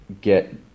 get